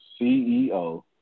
CEO